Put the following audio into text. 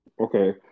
Okay